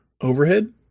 overhead